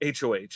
HOH